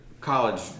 college